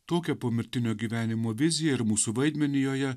tokią pomirtinio gyvenimo viziją ir mūsų vaidmenį joje